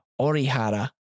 Orihara